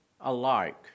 alike